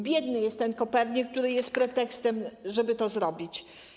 Biedny jest ten Kopernik, który jest pretekstem, żeby to zrobić.